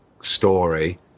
story